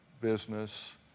business